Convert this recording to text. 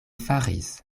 faris